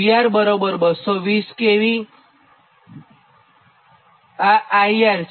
આ IR છે